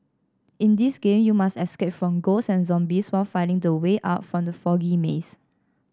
in this game you must escape from ghosts and zombies while finding the way out from the foggy maze